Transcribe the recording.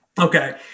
Okay